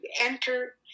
enter